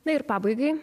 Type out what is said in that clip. na ir pabaigai